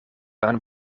aan